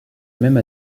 même